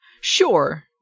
Sure